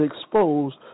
exposed